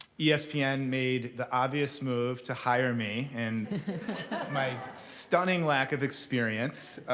yeah espn made the obvious move to hire me in my stunning lack of experience.